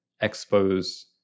expose